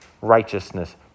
righteousness